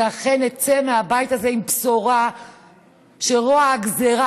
כך שאכן נצא מהבית הזה עם בשורה שרוע הגזרה,